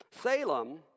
Salem